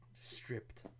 Stripped